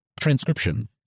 transcription